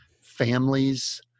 families